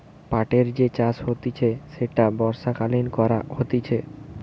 পাটের যে চাষ হতিছে সেটা বর্ষাকালীন করা হতিছে